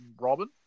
Robin